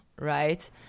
right